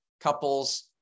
couples